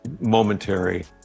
momentary